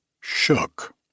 shook